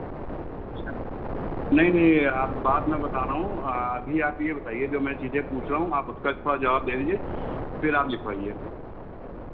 अच्छा नहीं नहीं बात मैं बता रहा हूँ अभी आप ये बताइए जो मैं चीज़ें पूछ रहा हूँ आप उसका थोड़ा जवाब दे दीजिए फिर आप लिखवाइए